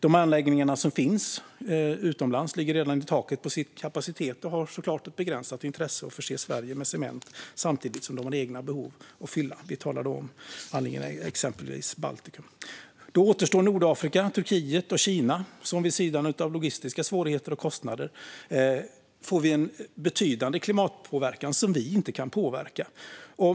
De anläggningar som finns utomlands ligger redan i taket av sin kapacitet och har såklart ett begränsat intresse av att förse Sverige med cement, samtidigt som de har egna behov att fylla. Vi talar då om anläggningarna i exempelvis Baltikum. Återstår gör Nordafrika, Turkiet och Kina. Vid sidan av logistiska svårigheter och kostnader får vi då en betydande klimatpåverkan som vi inte kan påverka.